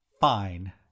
Fine